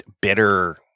bitter